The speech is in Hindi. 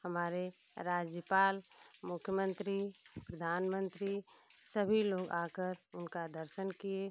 हमारे राज्यपाल मुख्यमंत्री प्रधानमंत्री सभी लोग आकर उनका दर्शन किए